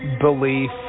belief